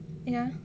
ya